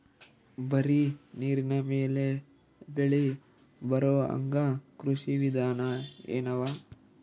ಬರೀ ನೀರಿನ ಮೇಲೆ ಬೆಳಿ ಬರೊಹಂಗ ಕೃಷಿ ವಿಧಾನ ಎನವ?